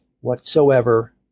whatsoever